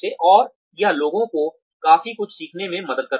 और यह लोगों को काफी कुछ सीखने में मदद करता है